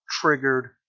triggered